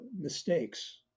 mistakes